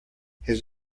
his